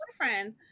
boyfriend